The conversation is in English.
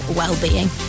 well-being